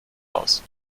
aus